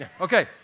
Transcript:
Okay